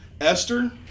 Esther